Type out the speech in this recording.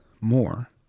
more